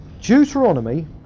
Deuteronomy